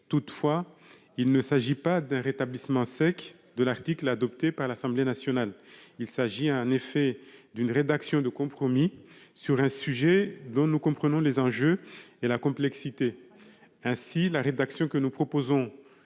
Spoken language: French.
Toutefois, il s'agit non pas d'un rétablissement sec de l'article adopté par l'Assemblée nationale, mais d'une rédaction de compromis, sur un sujet dont nous comprenons les enjeux et la complexité. Ainsi, la rédaction que nous proposons